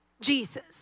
Jesus